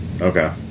Okay